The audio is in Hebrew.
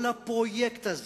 כל הפרויקט הזה,